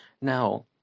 Now